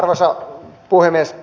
arvoisa puhemies